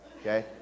okay